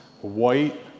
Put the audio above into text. white